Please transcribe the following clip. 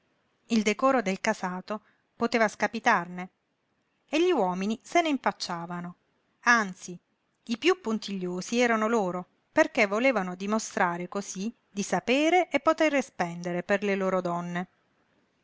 il decoro del casato poteva scapitarne e gli uomini se ne impacciavano anzi i piú puntigliosi erano loro perché volevano dimostrare cosí di sapere e potere spendere per le loro donne